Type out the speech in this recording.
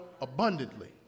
abundantly